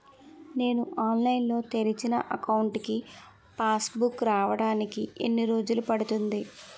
నేను ఆన్లైన్ లో తెరిచిన అకౌంట్ కి పాస్ బుక్ రావడానికి ఎన్ని రోజులు పడుతుంది?